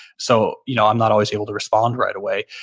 so you know i'm not always able to respond right away.